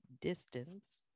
distance